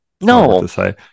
No